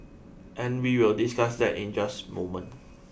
and we will discuss that in just moment